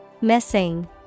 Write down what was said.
Missing